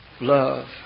Love